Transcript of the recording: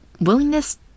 willingness